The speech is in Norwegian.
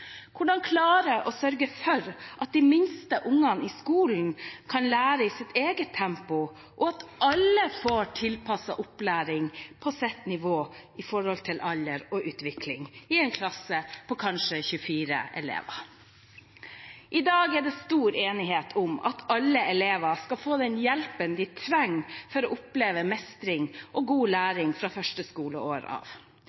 Hvordan klare å sørge for at de minste barna i skolen kan lære i sitt eget tempo, og at alle får opplæring tilpasset sitt nivå, sin alder og utvikling i en klasse på kanskje 24 elever? I dag er det stor enighet om at alle elever skal få den hjelpen de trenger for å oppleve mestring og god